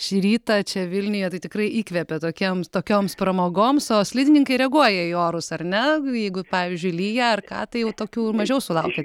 šį rytą čia vilniuje tai tikrai įkvepia tokiems tokioms pramogoms o slidininkai reaguoja į orus ar ne jeigu pavyzdžiui lyja ar ką tai jau tokių mažiau sulaukiat